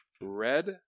Red